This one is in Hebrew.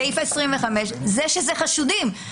בסעיף 25 זה שזה חשודים.